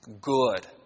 good